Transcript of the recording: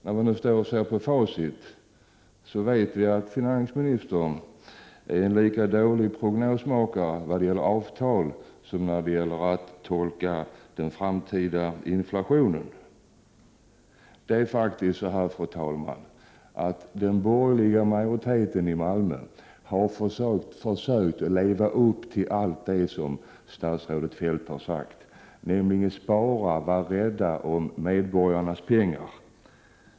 När vi nu står med facit i hand vet vi att finansministern är en lika dålig prognosmakare beträffande löneförhandlingar som beträffande kommande inflation. Fru talman! Den borgerliga majoriteten i Malmö har försökt leva upp till alla finansminister Feldts krav, nämligen att spara och vara rädda om medborgarnas pengar.